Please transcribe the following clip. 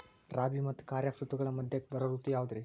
ರಾಬಿ ಮತ್ತ ಖಾರಿಫ್ ಋತುಗಳ ಮಧ್ಯಕ್ಕ ಬರೋ ಋತು ಯಾವುದ್ರೇ?